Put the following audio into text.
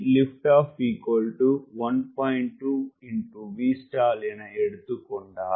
2 Vstall என எடுத்துக்கொண்டால்